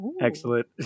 Excellent